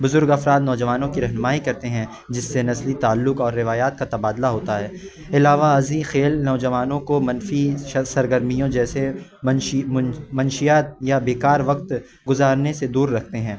بزرگ افراد نوجوانوں کی رہنمائی کرتے ہیں جس سے نسلی تعلق اور روایات کا تبادلہ ہوتا ہے علاوہ ازیں کھیل نوجوانوں کو منفی سرگرمیوں جیسے منشی منشیات یا بیکار وقت گزارنے سے دور رکھتے ہیں